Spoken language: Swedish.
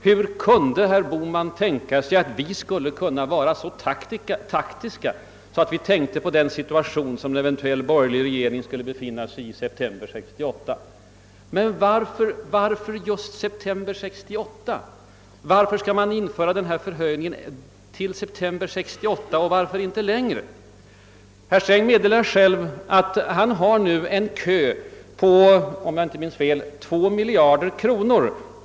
Han sade: Hur kan herr Bohman tänka sig att vi är så taktiska att vi vid framläggandet av förslaget har tagit hänsyn till den situation där en eventuell borgerlig regering skulle befinna sig i september 1968? Ja, hur kan man tänka sig något sådant? Jag vill fråga: Varför låter man avgiften gälla just till september 1968 och inte längre? Herr Sträng sade själv att det finns en kö av oprioriterade byggen på, om jag inte minns fel, 2 miljarder kronor.